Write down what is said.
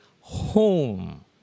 home